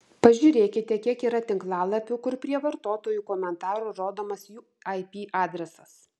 pažiūrėkite kiek yra tinklalapių kur prie vartotojų komentarų rodomas jų ip adresas